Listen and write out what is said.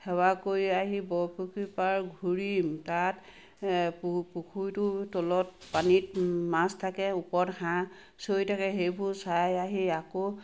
সেৱা কৰি আহি বৰপুখুৰী পাৰ ঘূৰিম তাত পু পুখুৰীটোৰ তলত পানীত মাছ থাকে ওপৰত হাঁহ চৰি থাকে সেইবোৰ চাই আহি আকৌ